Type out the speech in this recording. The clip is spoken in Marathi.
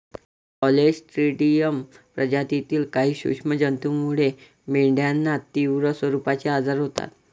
क्लॉस्ट्रिडियम प्रजातीतील काही सूक्ष्म जंतूमुळे मेंढ्यांना तीव्र स्वरूपाचे आजार होतात